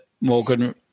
Morgan